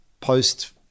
post